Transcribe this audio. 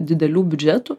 didelių biudžetų